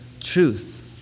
truth